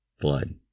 Blood